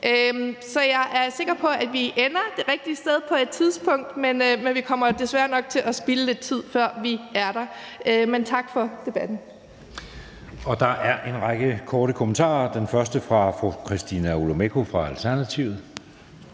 Så jeg er sikker på, at vi ender det rigtige sted på et tidspunkt, men vi kommer desværre nok til at spilde lidt tid, før vi er der. Men tak for debatten.